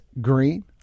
Green